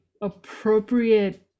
appropriate